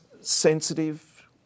sensitive